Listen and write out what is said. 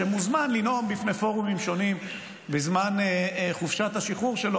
שמוזמן לנאום בפני פורומים שונים בזמן חופשת השחרור שלו,